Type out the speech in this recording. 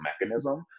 mechanism